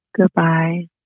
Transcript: Goodbye